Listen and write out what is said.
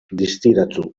distiratsu